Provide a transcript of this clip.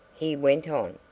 he went on,